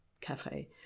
cafe